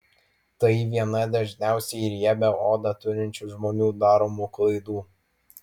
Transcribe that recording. tai viena dažniausiai riebią odą turinčių žmonių daromų klaidų